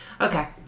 Okay